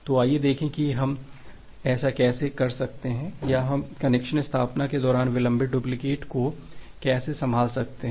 तो आइए देखें कि हम ऐसा कैसे कर सकते हैं या हम कनेक्शन स्थापना के दौरान विलंबित डुप्लिकेट को कैसे संभाल सकते हैं